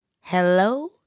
Hello